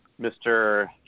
Mr